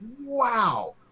wow